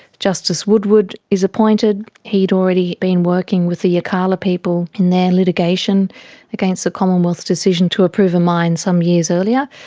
justice woodward is appointed. he'd already been working with the yirrkala people in their litigation against the commonwealth's decision to approve a mine some years earlier.